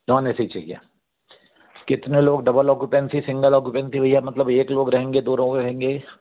non A C चाहिए कितने लोग डबल औकूपेंसि सिंगल औकूपेंसि भैया मतलब एक लोग रहेंगे दो लोग रहेंगे